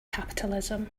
capitalism